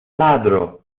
ladro